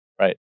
Right